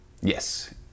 Yes